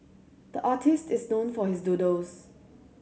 the artist is known for his doodles